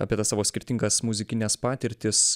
apie tas savo skirtingas muzikines patirtis